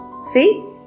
See